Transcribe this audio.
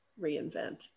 reinvent